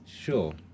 Sure